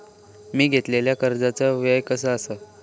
मी घेतलाल्या कर्जाचा व्याज काय आसा?